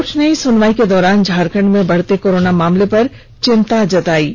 court ने सुनवाई के दौरान झारखंड में बढ़ते कोरोना मामले पर चिंता जतायी हैं